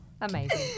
Amazing